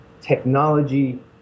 Technology